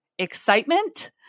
excitement